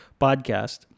podcast